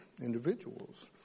individuals